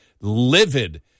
livid